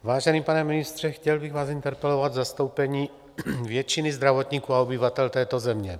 Vážený pane ministře, chtěl bych vás interpelovat v zastoupení většiny zdravotníků a obyvatel této země.